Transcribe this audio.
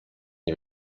nie